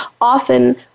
often